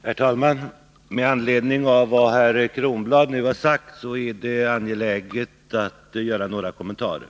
Herr talman! Med anledning av vad herr Kronblad nu har sagt är det Tisdagen den angeläget att göra några kommentarer.